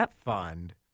Fund